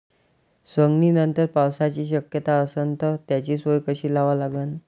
सवंगनीनंतर पावसाची शक्यता असन त त्याची सोय कशी लावा लागन?